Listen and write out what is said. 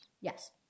Yes